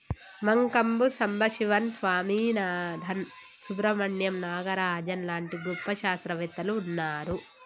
మంకంబు సంబశివన్ స్వామినాధన్, సుబ్రమణ్యం నాగరాజన్ లాంటి గొప్ప శాస్త్రవేత్తలు వున్నారు